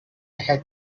had